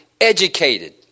educated